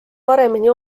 paremini